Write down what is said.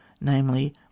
namely